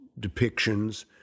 depictions